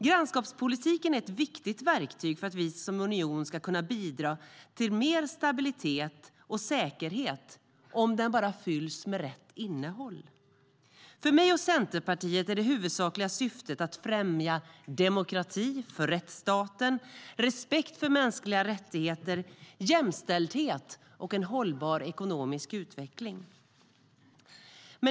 Grannskapspolitiken är ett viktigt verktyg för att vi som union ska kunna bidra till mer stabilitet och säkerhet, om den bara fylls med rätt innehåll. För mig och Centerpartiet är det huvudsakliga syftet att främja demokrati, rättsstat, respekt för mänskliga rättigheter, jämställdhet och en hållbar ekonomisk utveckling.